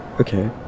Okay